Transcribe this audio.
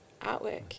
artwork